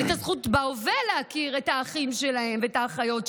את הזכות בהווה להכיר את האחים שלהם ואת האחיות שלהם.